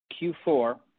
Q4